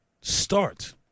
Start